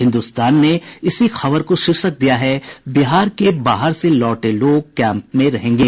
हिन्दुस्तान ने इसी खबर को शीर्षक दिया है बिहार के बाहर से लौटे लोग कैम्प में रहेंगे